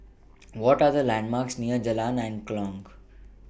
What Are The landmarks near Jalan Angklong